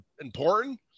important